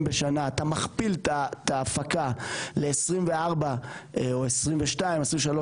בשנה אתה מכפיל את ההפקה ל-24 או 22 או 23,